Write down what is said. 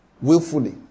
willfully